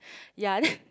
ya then